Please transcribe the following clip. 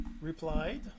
replied